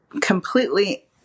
completely